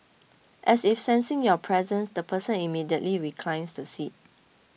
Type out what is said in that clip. as if sensing your presence the person immediately reclines the seat